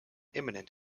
imminent